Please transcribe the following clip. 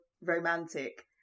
romantic